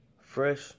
fresh